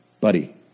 buddy